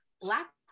black